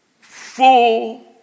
Full